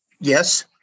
Yes